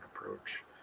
approach